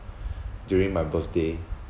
during my birthday